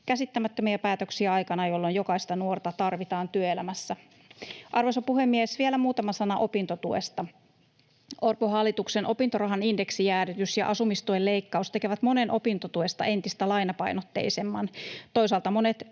käsittämättömiä päätöksiä aikana, jolloin jokaista nuorta tarvitaan työelämässä. Arvoisa puhemies! Vielä muutama sana opintotuesta. Orpon hallituksen opintorahan indeksijäädytys ja asumistuen leikkaus tekevät monen opintotuesta entistä lainapainotteisemman. Toisaalta monet